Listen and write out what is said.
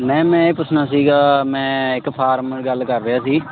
ma'am ਮੈਂ ਇਹ ਪੁੱਛਣਾ ਸੀਗਾ ਮੈਂ ਇੱਕ ਫਾਰਮਰ ਗੱਲ ਕਰ ਰਿਹਾ ਸੀ